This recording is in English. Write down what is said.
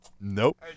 Nope